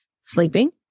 sleeping